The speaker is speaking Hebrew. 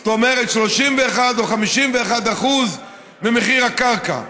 זאת אומרת 31% או 51% ממחיר הקרקע.